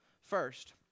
first